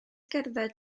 gerdded